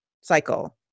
cycle